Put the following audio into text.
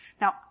Now